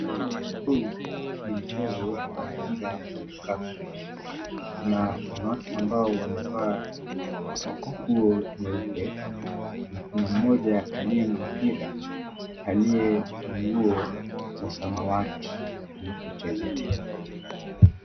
Hii ni mchezo wa mpira wa kikapu. Kuna wanawake ambao wamevaa nguo nyeupe na kuna mmoja aliye na mpira aliye na nguo za samawati anapocheza.